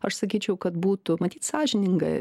aš sakyčiau kad būtų matyt sąžininga